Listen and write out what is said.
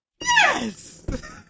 Yes